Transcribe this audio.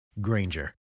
Granger